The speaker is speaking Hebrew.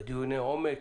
בדיוני עומק,